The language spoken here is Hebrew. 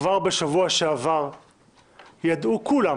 כבר בשבוע שעבר ידעו כולם